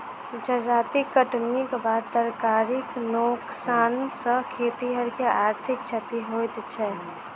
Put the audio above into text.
जजाति कटनीक बाद तरकारीक नोकसान सॅ खेतिहर के आर्थिक क्षति होइत छै